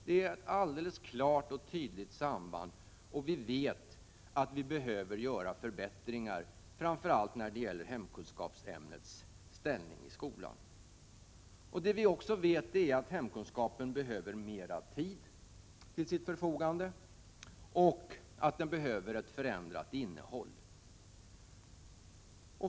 Det finns ett alldeles klart och tydligt samband, och vi vet att vi behöver göra förbättringar framför allt när det gäller hemkunskapsämnets ställning i skolan. Vi vet också att hemkunskapen behöver mera tid till sitt förfogande och att den behöver få ett förändrat innehåll.